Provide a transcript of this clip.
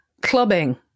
clubbing